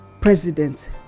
president